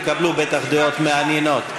תקבלו בטח דעות מעניינות.